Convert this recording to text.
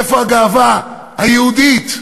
איפה הגאווה היהודית.